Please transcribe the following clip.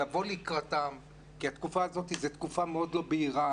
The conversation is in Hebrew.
לבוא לקראתם כי התקופה הזאת היא תקופה מאוד לא בהירה.